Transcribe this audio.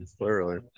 Clearly